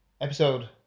episode